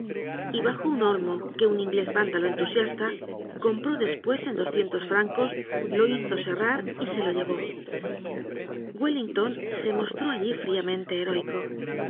y bajo un olmo que un inglés vándalo entusiasta compró despues en doscientos francos lo hizo serrar y se lo llevó wellington se mostró allí fríamente heróico